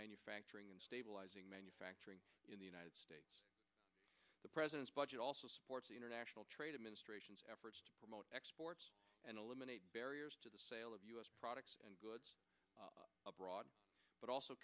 manufacturing and stabilizing manufacturing in the united states the president's budget also supports the international trade administration's efforts to promote exports and eliminate barriers to the sale of u s products and goods abroad but also